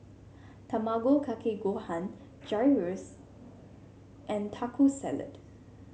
Tamago Kake Gohan Gyros and Taco Salad